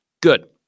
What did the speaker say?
Good